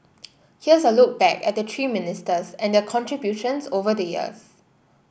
here's a look back at the three ministers and their contributions over the years